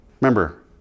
Remember